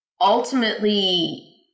ultimately